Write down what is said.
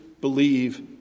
believe